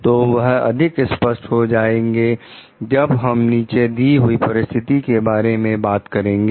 तो वह अधिक स्पष्ट हो जाएंगे जब हम नीचे दी हुई परिस्थितियों के बारे में बात करेंगे